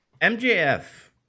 mjf